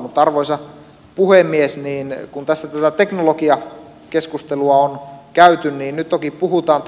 mutta arvoisa puhemies kun tässä tätä teknologiakeskustelua on käyty niin vaikka nyt toki puhutaan